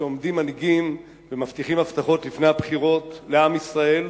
שעומדים מנהיגים ומבטיחים הבטחות לפני הבחירות לעם ישראל,